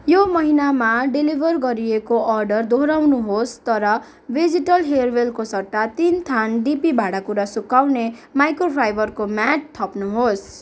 यो महिनामा डेलिभर गरिएको अर्डर दोहोऱ्याउनुहोस् तर भेजिटल हेयरवेलको सट्टा तिन थान डिपी भाँडाकुँडा सुकाउने माइक्रोफाइबरको म्याट थप्नुहोस्